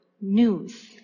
news